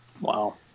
Wow